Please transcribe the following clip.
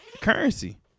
Currency